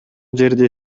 жерде